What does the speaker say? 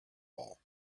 ball